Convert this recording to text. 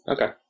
Okay